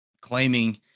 claiming